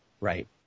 right